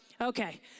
Okay